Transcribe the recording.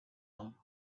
him